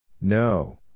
No